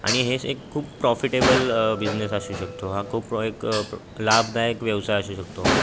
आणि हेच एक खूप प्रॉफिटेबल बिजनेस असू शकतो हा खूप एक प लाभदायक व्यवसाय असू शकतो